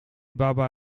baba